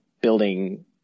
building